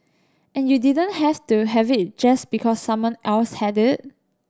and you didn't have to have it just because someone else had it